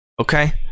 Okay